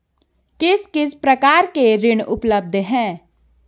किस किस प्रकार के ऋण उपलब्ध हैं?